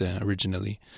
originally